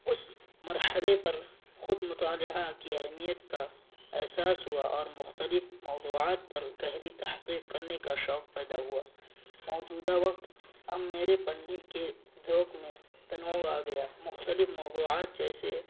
اس مرحلے پر خود مطالعہ کی اہمیت کا احساس ہوا اور مختلب موضوعات پر گہری تحقیق کرنے کا شوق پیدا ہوا موجودہ وقت اب میرے پڑھنے کے ذوق میں تنوع آ گیا مختلب موضوعات جیسے